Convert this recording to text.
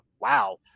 Wow